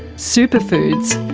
superfoods,